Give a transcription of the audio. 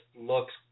looks